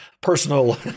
personal